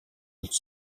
олж